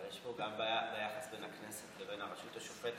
אבל יש פה גם בעיה ביחס בין הכנסת לבין הרשות השופטת,